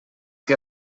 que